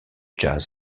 jazz